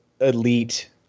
elite